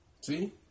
See